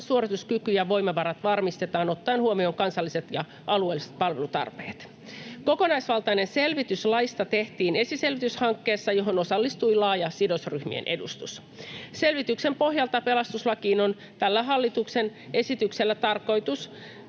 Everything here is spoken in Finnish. suorituskyky ja voimavarat varmistetaan ottaen huomioon kansalliset ja alueelliset palvelutarpeet. Kokonaisvaltainen selvitys laista tehtiin esiselvityshankkeessa, johon osallistui laaja sidosryhmien edustus. Selvityksen pohjalta pelastuslakiin on tällä hallituksen esityksellä tarkoitus